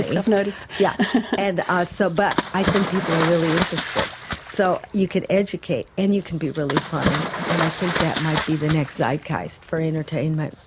ah noticed. yeah and ah so but i think people are really interested so you could educate and you can be really funny, and i think that might be the next zeitgeist for entertainment.